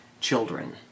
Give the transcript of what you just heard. children